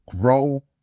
grow